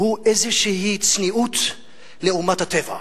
הוא איזושהי צניעות לעומת הטבע.